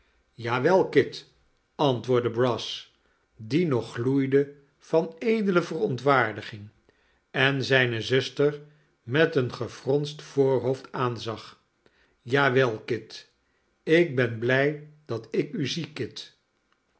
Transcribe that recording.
kit antwoordde brass die nog gloeide van edele verontwaardiging en zijne zuster met een gefronst voorhoofd aanzag ja wel kit ik ben blij dat ik u zie